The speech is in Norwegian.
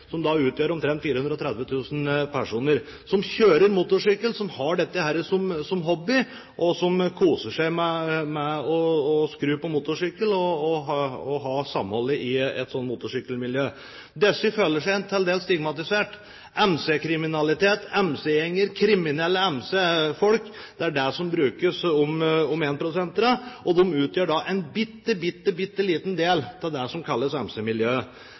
som utgjør omtrent 430 000 personer, som kjører motorsykkel, som har dette som hobby, og som koser seg med å skru på motorsykkel og ha samholdet i et sånt motorsykkelmiljø. Disse føler seg til dels stigmatisert. «MC-kriminalitet», «MC-gjenger», «kriminelle MC-folk», er begrep som brukes om énprosenterne, og de utgjør en bitte, bitte, bitte liten del av det som kalles